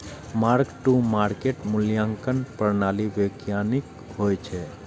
mark to market मूल्यांकन प्रणाली वैधानिक होइ छै